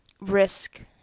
risk